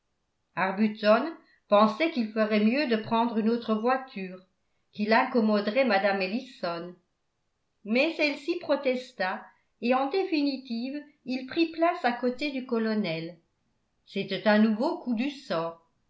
arbuton pensait qu'il ferait mieux de prendre une autre voiture qu'il incommoderait mme ellison mais celle ci protesta et en définitive il prit place à côté du colonel c'était un nouveau coup du sort